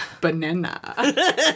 Banana